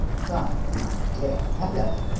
but, my dear fellow,